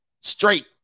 straight